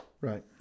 Right